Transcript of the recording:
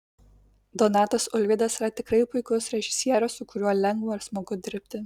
donatas ulvydas yra tikrai puikus režisierius su kuriuo lengva ir smagu dirbti